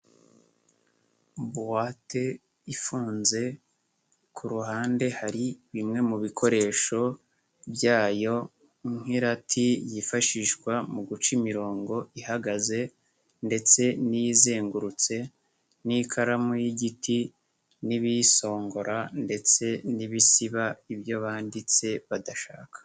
Buwate ifunze ku ruhande hari bimwe mu bikoresho byayo nk'irati yifashishwa mu guca imirongo ihagaze ndetse n'izengurutse n'ikaramu y'igiti n'ibiyisongora ndetse n'ibisiba ibyo banditse badashaka.